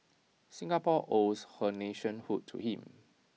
Singapore owes her nationhood to him